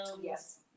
Yes